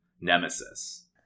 nemesis